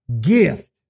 gift